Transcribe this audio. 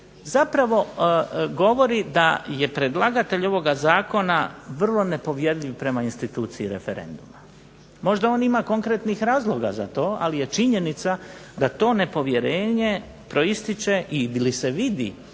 zapravo govori da je predlagatelj ovoga zakona vrlo nepovjerljiv prema instituciji referenduma. Možda on ima konkretnih razloga za to, ali je činjenica da to nepovjerenje proističe, ili se vidi